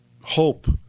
hope